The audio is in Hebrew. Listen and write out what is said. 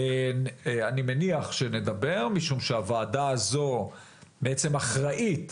אני מניח שנדבר משום שהוועדה הזו בעצם אחראית